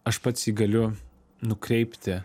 aš pats jį galiu nukreipti